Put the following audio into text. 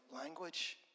language